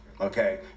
Okay